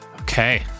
okay